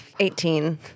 Eighteen